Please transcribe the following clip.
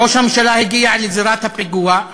ראש הממשלה הגיע לזירת הפיגוע,